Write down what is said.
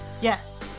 Yes